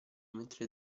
mentre